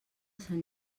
sant